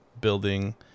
Building